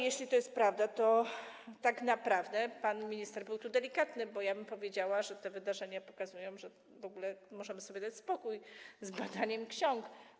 Jeśli to jest prawda, to tak naprawdę pan minister był tu delikatny, bo ja bym powiedziała, że te wydarzenia pokazują, że w ogóle możemy sobie dać spokój z badaniem ksiąg.